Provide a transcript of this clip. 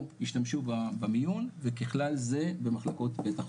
השתמשו במיון וככלל זה במחלקות בית החולים.